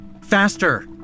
Faster